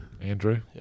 Andrew